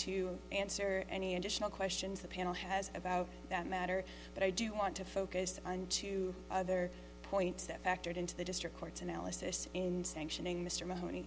to answer any additional questions the panel has about that matter but i do want to focus on two other points that factored into the district court's analysis in sanctioning mr mahoney